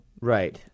Right